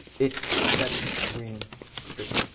it's that green strip.